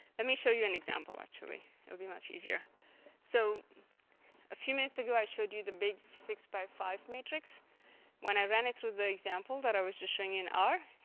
let me show you an example actually it would be much easier so a few minutes ago i showed you the big six by five matrix when i ran it through the example that i was just showing in r.